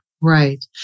Right